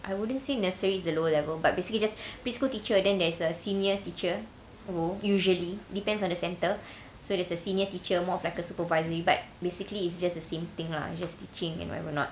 I wouldn't say nursery is the lower level but basically just preschool teacher then there's a senior teacher who usually depends on the centre so there's a senior teacher more of like a supervisory but basically it's just the same thing lah just teaching and whatever not